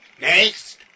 Next